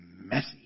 messy